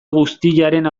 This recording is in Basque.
guztiaren